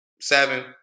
seven